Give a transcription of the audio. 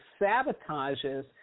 sabotages